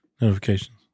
Notifications